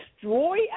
destroy